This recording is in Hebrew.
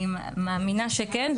אני מאמינה שכן.